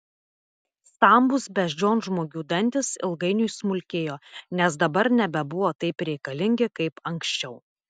stambūs beždžionžmogių dantys ilgainiui smulkėjo nes dabar nebebuvo taip reikalingi kaip anksčiau